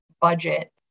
budget